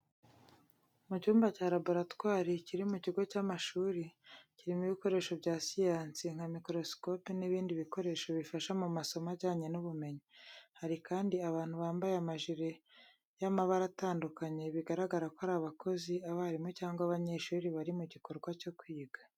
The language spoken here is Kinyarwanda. Mu cyumba cya laboratwari kiri mu kigo cy’amashuri, kirimo ibikoresho bya siyansi nka mikorosipikopi n’ibindi bikoresho bifasha mu masomo ajyanye n’ubumenyi. Hari kandi abantu bambaye amajire y'amabara atandukanye bigaragara ko ari abakozi, abarimu cyangwa abanyeshuri bari mu gikorwa cyo kwiga.